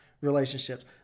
relationships